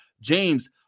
James